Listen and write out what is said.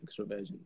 extroversion